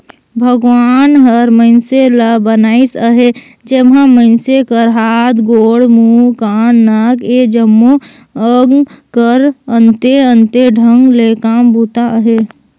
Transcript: भगवान हर मइनसे ल बनाइस अहे जेम्हा मइनसे कर हाथ, गोड़, मुंह, कान, नाक ए जम्मो अग कर अन्ते अन्ते ढंग ले काम बूता अहे